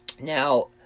Now